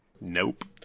Nope